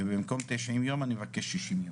ובמקום 90 יום אני מבקש 60 יום.